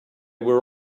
were